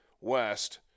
west –